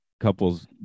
couples